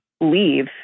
leave